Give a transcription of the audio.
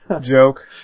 joke